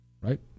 right